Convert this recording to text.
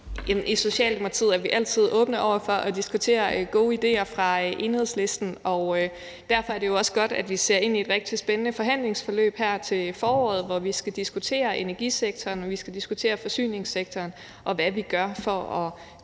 I Socialdemokratiet er vi altid åbne over for at diskutere gode idéer fra Enhedslisten, og derfor er det jo også godt, at vi ser ind i et rigtig spændende forhandlingsforløb her til foråret, hvor vi skal diskutere energisektoren, og vi skal diskutere forsyningssektoren, og hvad vi gør for at